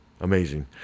Amazing